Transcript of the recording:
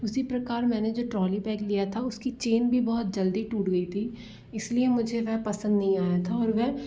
उसी प्रकार मैंने जो ट्रॉली बैग लिया था उसकी चेन भी बहुत जल्दी टूट गई थी इस लिए मुझे वह पसंद नहीं आया था और वह